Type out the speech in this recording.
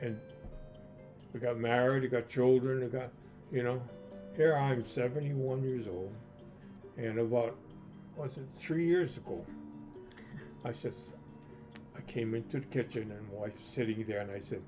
and we got married got children a got you know here i'm seventy one years old and a lot less than three years ago i said i came into the kitchen and wife sitting there and i said